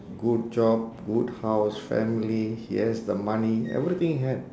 good job good house family he has the money everything have